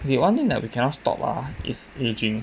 the one thing that we cannot stop ah is ageing